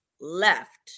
left